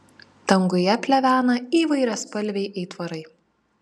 danguje plevena įvairiaspalviai aitvarai